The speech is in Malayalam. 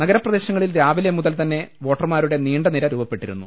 നഗരപ്രദേശങ്ങളിൽ രാവിലെ മുതൽ ്തന്നെ വോട്ടർമാരുടെ നീണ്ടനിര രൂപപ്പെട്ടിരുന്നു